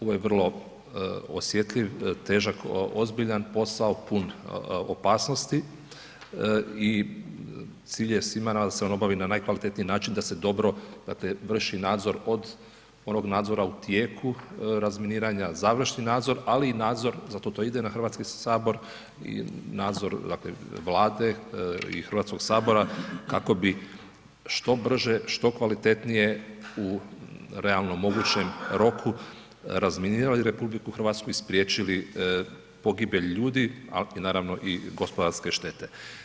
Ovo je vrlo osjetljiv, težak, ozbiljan posao, pun opasnosti i cilj je svima nama, da se on obavi na najkvalitetniji način, da se dobro vrši nadzor od onog nadzora u tijeku razminiranja, završi nadzor, ali i nadzor, zato to ide na Hrvatski sabor i nadzor, dakle, Vlade, i Hrvatskog sabora, kako bi što brže, što kvalitetnije, u realnom mogućem roku, razminirali RH i spriječili pogibe ljude, ali naravno i gospodarske štete.